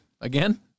again